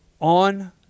on